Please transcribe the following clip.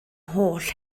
holl